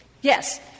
Yes